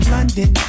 London